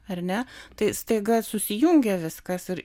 ar ne tai staiga susijungia viskas ir